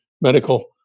medical